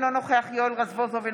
אינו נוכח יואל רזבוזוב,